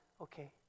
okay